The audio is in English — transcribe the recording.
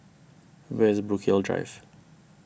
where is Brookvale Drive